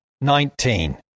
Nineteen